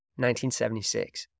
1976